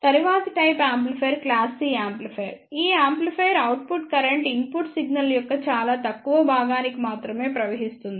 తరువాతి type amplifier class C amplifier ఈ amplifier output current input signal యొక్క చాలా తక్కువ భాగానికి మాత్రమే ప్రవహిస్తుంది